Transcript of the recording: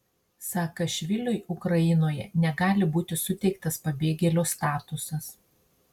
saakašviliui ukrainoje negali būti suteiktas pabėgėlio statusas